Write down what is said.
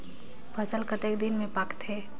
फसल कतेक दिन मे पाकथे?